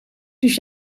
dus